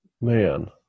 Man